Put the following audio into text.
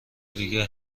دیگه